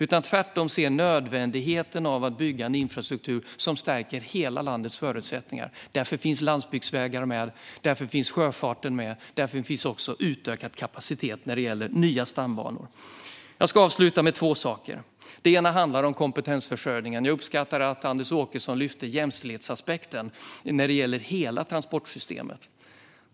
Vi ska tvärtom se nödvändigheten av att bygga en infrastruktur som stärker hela landets förutsättningar. Därför finns landsbygdsvägar med. Därför finns sjöfarten med. Därför finns också utökad kapacitet när det gäller nya stambanor. Jag ska säga någonting om kompetensförsörjningen. Jag uppskattar att Anders Åkesson tog upp jämställdhetsaspekten när det gäller hela transportsystemet.